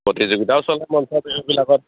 প্ৰতিযোগিতাও চলে মঞ্চ বিহু বিলাকত